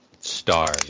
stars